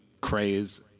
craze